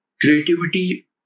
creativity